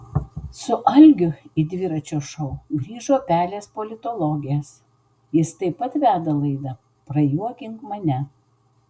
su algiu į dviračio šou grįžo pelės politologės jis taip pat veda laidą prajuokink mane